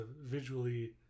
visually